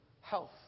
health